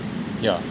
yeah